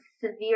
severe